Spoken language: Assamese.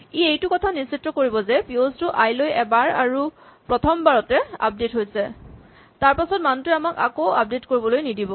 ই এইটো কথা নিশ্চিত কৰিব যে পিঅ'ছ টো আই লৈ এবাৰ আৰু প্ৰথম বাৰতে আপডেট হৈছে তাৰপাছত মানটোৱে আমাক আকৌ আপডেট কৰিবলৈ নিদিব